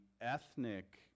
ethnic